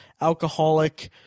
alcoholic